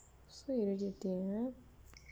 so irritating ah